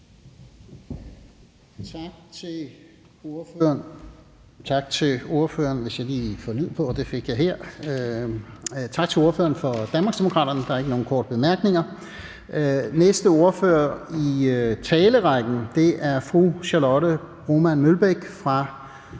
Tak til ordføreren for Danmarksdemokraterne. Der er ikke nogen korte bemærkninger. Næste ordfører er fru Charlotte Broman Mølbæk fra